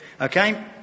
okay